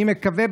אני מקווה,